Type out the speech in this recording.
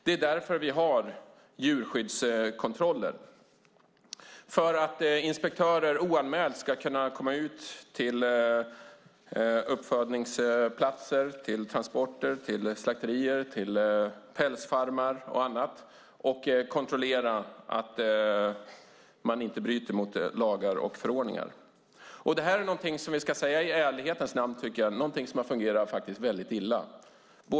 Det är därför vi har djurskyddskontroller för att inspektörer oanmält ska kunna komma ut till uppfödningsplatser, transporter, slakterier, pälsfarmar och annat och kontrollera att man inte bryter mot lagar och förordningar. Detta är någonting som vi i ärlighetens namns ska säga har fungerat väldigt illa.